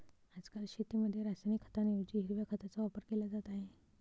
आजकाल शेतीमध्ये रासायनिक खतांऐवजी हिरव्या खताचा वापर केला जात आहे